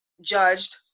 judged